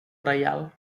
reial